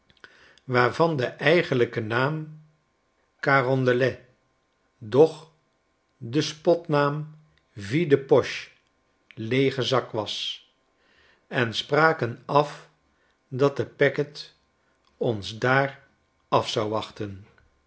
waarvan de eigenlijke naam carondelet doch de spotnaam vide poche leege zak was en spraken af dat de packet ons daar af zou wachten